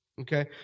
okay